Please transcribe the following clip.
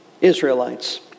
Israelites